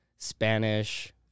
spanish